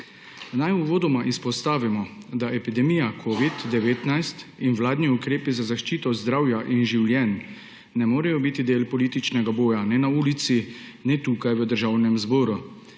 Naj uvodoma izpostavimo, da epidemija covida-19 in vladni ukrepi za zaščito zdravja in življenj ne morejo biti del političnega boja ne na ulici ne tukaj v Državnem zboru.